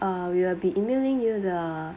uh we will be emailing you the